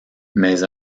mais